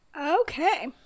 Okay